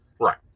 Right